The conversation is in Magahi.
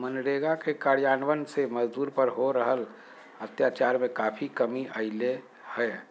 मनरेगा के कार्यान्वन से मजदूर पर हो रहल अत्याचार में काफी कमी अईले हें